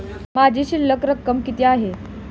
माझी शिल्लक रक्कम किती आहे?